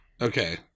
Okay